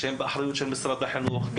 שנמצאים באחריות של משרד החינוך,